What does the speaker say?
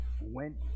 went